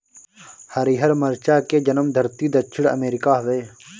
हरिहर मरचा के जनमधरती दक्षिण अमेरिका हवे